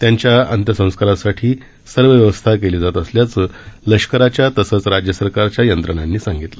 त्यांच्या अंत्यसंस्कारासाठी सर्व व्यवस्था केली जात असल्याचं लष्कराच्या तसंच राज्य सरकारच्या यंत्रणांनी सांगितलं